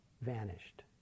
vanished